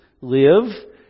live